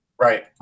Right